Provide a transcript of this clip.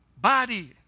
body